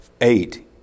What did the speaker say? eight